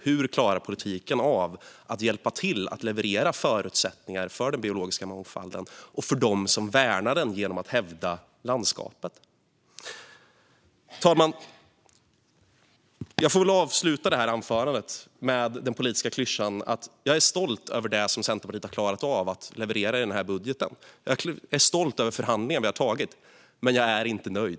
Hur klarar politiken av att hjälpa till att leverera förutsättningar för den biologiska mångfalden och för dem som värnar den genom att hävda landskapet? Herr talman! Jag får avsluta anförandet med den politiska klyschan att jag är stolt över det som Centerpartiet har klarat av att leverera i budgeten. Jag är stolt över de förhandlingar som vi har genomfört, men jag är inte nöjd.